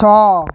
ଛଅ